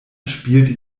spielte